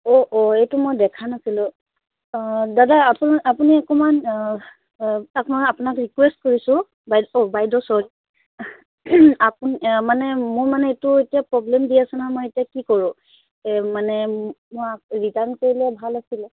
অ' অ' এইটো মই দেখা নাছিলোঁ অঁ দাদা আপোন আপুনি অকণমান অঁ আপোনা আপোনাক ৰিকুয়েষ্ট কৰিছোঁ বাইদেউ বাইদেউ চ'ৰি আপুনি মানে মোৰ মানে এইটো এতিয়া প্ৰ'ব্লেম দি আছে নহয় মই এতিয়া কি কৰোঁ এ মানে আপোনাক ৰিটাৰ্ণ কৰিলে ভাল আছিলে